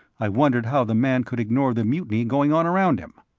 i wondered how the man could ignore the mutiny going on around him.